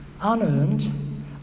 unearned